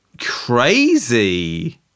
Crazy